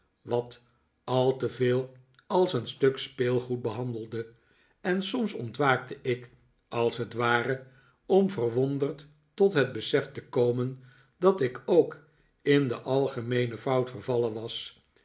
wat al te veel als een stuk speelgoed behandelde en soms ontwaakte ik als het ware om verwonderd tot het besef te komen dat ik ook in de algemeene fout vervallen was